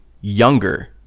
younger